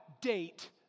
date